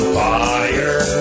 fire